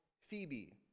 Phoebe